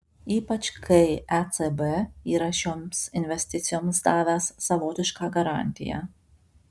ypač kai ecb yra šioms investicijoms davęs savotišką garantiją